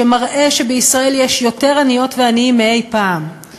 שמראה שבישראל יש יותר עניות ועניים מאי-פעם,